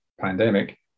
pandemic